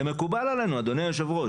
זה מקובל עלינו, אדוני היושב-ראש.